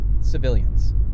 civilians